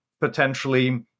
potentially